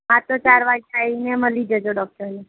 હા તો ચાર વાગ્યે આવીને મળી જજો ડૉક્ટરને